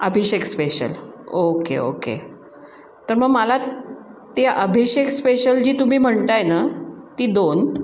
अभिषेक special okay okay तर मग मला ते अभिषेक स्पेशल जी तुम्ही म्हणताय ना ती दोन